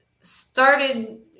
started